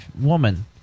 woman